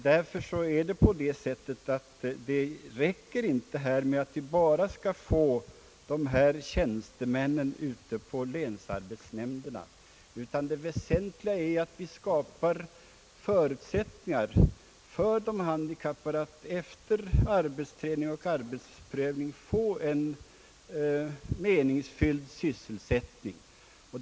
Därför räcker det inte med tjänstemännen på länsarbetsnämnderna, utan det väsentliga är att vi skapar förutsättningar för de handikappade att efter arbetsträning och arbetsprövning erhålla meningsfylld sysselsättning.